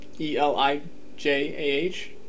E-L-I-J-A-H